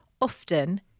often